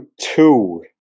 two